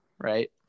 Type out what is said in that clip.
right